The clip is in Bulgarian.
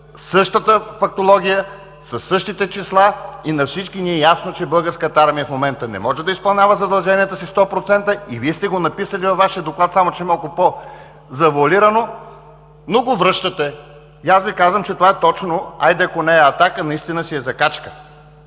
същата фактология, със същите числа и на всички ни е ясно, че Българската армия в момента не може да изпълнява задълженията си 100% и Вие сте го написали във Вашия Доклад само че малко завоалирано, но го връщате. Аз Ви казвам, че това е точно, ако не е „атака“, наистина си е „закачка“.